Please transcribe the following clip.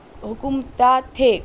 حکم داں تھے